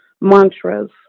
mantras